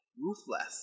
Ruthless